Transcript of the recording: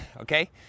Okay